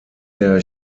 der